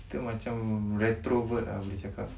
kita macam retrovert ah boleh cakap